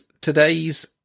today's